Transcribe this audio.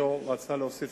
לגבי